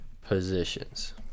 positions